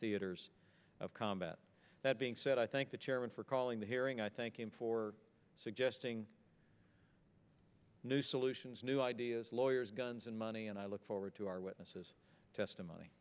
theaters of combat that being said i thank the chairman for calling the hearing i thank him for suggesting new solutions new ideas lawyers guns and money and i look forward to our witnesses testimony